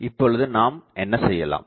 இப்பொழுது நாம் என்ன செய்யலாம்